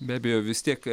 be abejo vis tiek